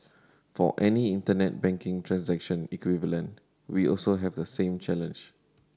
for any Internet banking transaction equivalent we also have the same challenge